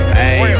hey